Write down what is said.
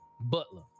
butler